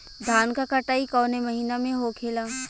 धान क कटाई कवने महीना में होखेला?